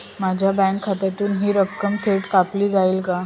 माझ्या बँक खात्यातून हि रक्कम थेट कापली जाईल का?